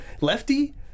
lefty